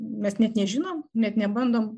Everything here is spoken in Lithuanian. mes net nežinom net nebandom